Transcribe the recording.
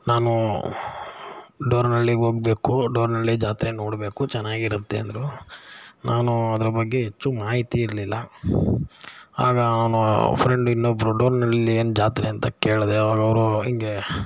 ನಾನು ಡೋರನಳ್ಳಿಗೆ ಹೋಗ್ಬೇಕು ಡೋರನಳ್ಳಿ ಜಾತ್ರೆ ನೋಡಬೇಕು ಚೆನ್ನಾಗಿರುತ್ತೆ ಅಂದರು ನಾನು ಅದ್ರ ಬಗ್ಗೆ ಹೆಚ್ಚು ಮಾಹಿತಿ ಇರಲಿಲ್ಲ ಆಗ ಅವನು ಫ್ರೆಂಡ್ ಇನ್ನೊಬ್ರು ಡೋರ್ನಳ್ಳಿಲಿ ಏನು ಜಾತ್ರೆ ಅಂತ ಕೇಳಿದೆ ಆವಾಗ ಅವರು ಹಿಂಗೆ